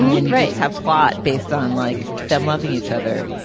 and rates have plot based on like them loving each other.